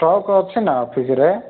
stock ଅଛି ନା ଅଫିସରେ